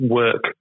work